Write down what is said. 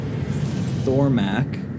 Thormac